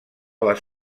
les